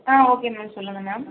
ஆ okay ma'am சொல்லுங்கள் ma'am